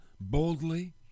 boldly